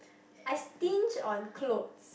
I stinge on clothes